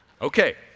Okay